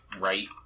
Right